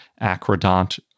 acrodont